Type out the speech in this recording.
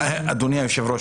אדוני היושב ראש,